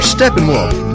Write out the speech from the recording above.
Steppenwolf